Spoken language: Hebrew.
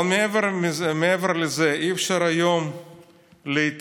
אבל מעבר לזה, אי-אפשר היום להתעלם,